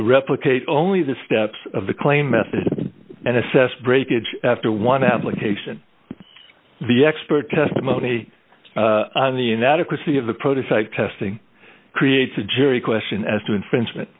replicate only the steps of the claim method and assess breakage after one application the expert testimony on the inadequacy of the prototype testing creates a jury question as to infringement